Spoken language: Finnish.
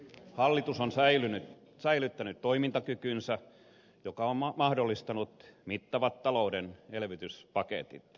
hallitus on säilyttänyt toimintakykynsä mikä on mahdollistanut mittavat talouden elvytyspaketit